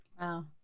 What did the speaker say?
Wow